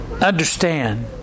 understand